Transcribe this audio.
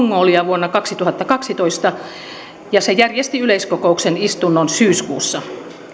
mongolia vuonna kaksituhattakaksitoista ja se järjesti yleiskokouksen istunnon syyskuussa